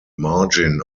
margin